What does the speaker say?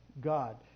God